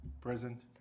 Present